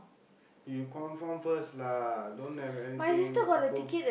you confirm first lah don't have anything Appu